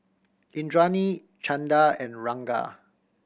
Indranee Chanda and Ranga